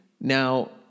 now